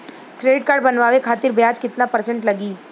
Credit card बनवाने खातिर ब्याज कितना परसेंट लगी?